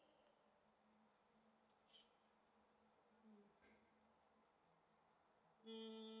mm